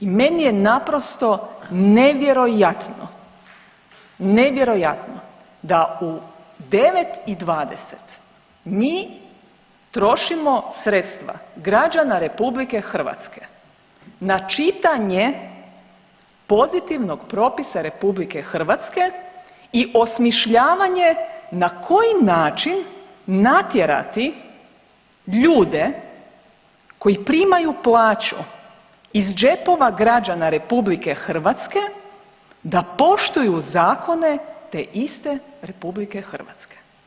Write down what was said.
I meni je naprosto nevjerojatno, nevjerojatno da u 9 i 20 mi trošimo sredstva građana RH na čitanje pozitivnog propisa RH i osmišljavanje na koji način natjerati ljude koji primaju plaću iz džepova građana RH da poštuju zakone te iste RH.